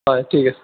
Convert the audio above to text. হয় ঠিক আছে